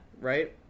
right